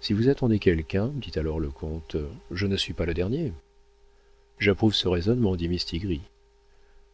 si vous attendez quelqu'un dit alors le comte je ne suis pas le dernier j'approuve ce raisonnement dit mistigris